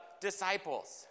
disciples